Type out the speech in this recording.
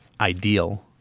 ideal